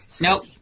Nope